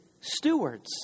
stewards